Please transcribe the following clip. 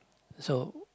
so